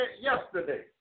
yesterday